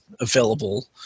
available